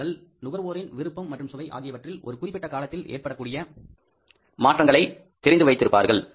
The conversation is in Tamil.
அவர்கள் நுகர்வோரின் விருப்பம் மற்றும் சுவை ஆகியவற்றில் ஒரு குறிப்பிட்ட காலத்தில் ஏற்படக்கூடிய மாற்றங்களை தெரிந்து கொண்டே இருக்கின்றார்கள்